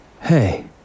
Hey